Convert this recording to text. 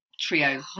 Trio